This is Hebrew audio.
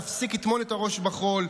להפסיק לטמון את הראש בחול,